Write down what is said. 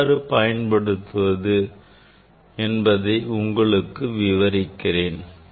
எவ்வாறு பயன்படுத்துவது என்று உங்களுக்கு விவரிக்கிறேன்